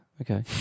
okay